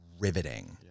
riveting